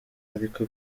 ariko